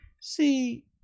see